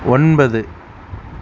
ஒன்பது